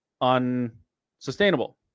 unsustainable